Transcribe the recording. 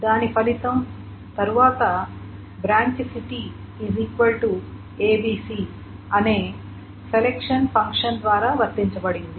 దాని ఫలితం తరువాత బ్రాంచ్ సిటీ ABC అనే σ ఫంక్షన్ ద్వారా వర్తించబడింది